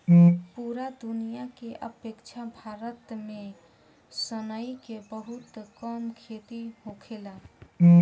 पूरा दुनिया के अपेक्षा भारत में सनई के बहुत कम खेती होखेला